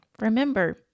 remember